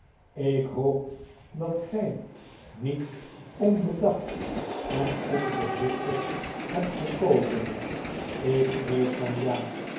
ik hoop dat gij niet onbedacht en onvoorzichtig hebt maarten chuzzlewit gekozen ik vrees van ja